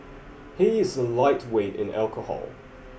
he is a lightweight in alcohol